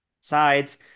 sides